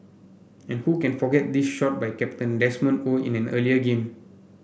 and who can forget this shot by captain Desmond Oh in an earlier game